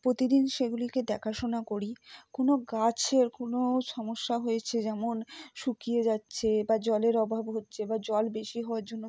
প্রতিদিন সেগুলিকে দেখাশোনা করি কোনো গাছের কোনো সমস্যা হয়েছে যেমন শুকিয়ে যাচ্ছে বা জলের অভাব হচ্ছে বা জল বেশি হওয়ার জন্য